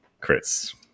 Chris